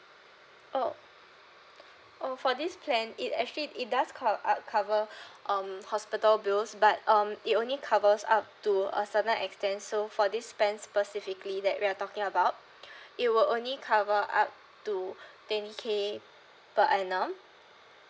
oh oh for this plan it actually it does cov~ uh cover um hospital bills but um it only covers up to a certain extent so for this plan specifically that we're talking about it will only cover up to twenty K per annum